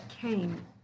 came